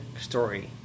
story